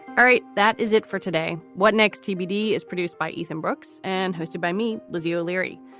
all right. that is it for today. what next? tbd is produced by ethan brooks and hosted by me. lizzie o'leary.